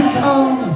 come